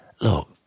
look